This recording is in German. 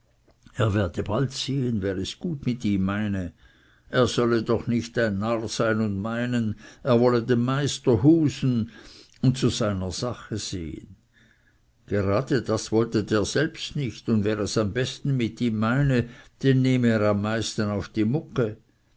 er werde bald sehen wer es gut mit ihm meine er solle doch nicht ein narr sein und meinen er wolle dem meister husen und zu seiner sache sehen gerade das wolle der selbst nicht und wer es am besten mit ihm meine den nehme er am meisten auf die mugge